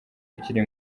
ukiri